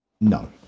No